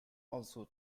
also